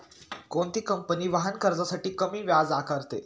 कोणती कंपनी वाहन कर्जासाठी कमी व्याज आकारते?